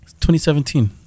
2017